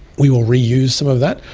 we will reuse some of that.